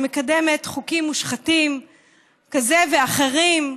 שמקדמת חוקים מושחתים כאלה ואחרים,